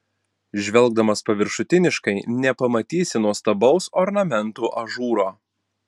žvelgdamas paviršutiniškai nepamatysi nuostabaus ornamentų ažūro